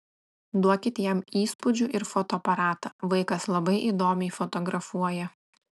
duokit jam įspūdžių ir fotoaparatą vaikas labai įdomiai fotografuoja